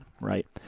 Right